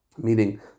meaning